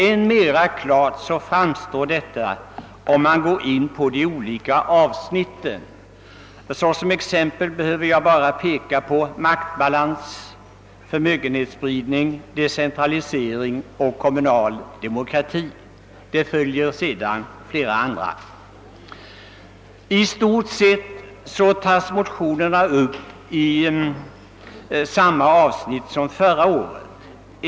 än mera klart framstår omfattningen av dem, om man går in på de olika avsnitten. Såsom exempel behöver jag bara peka på: maktbalans, förmögenhetsspridning, decentralisering och kommunal demokrati. Det finns också flera andra punkter. I stort sett gäller det samma avsnitt som förra året.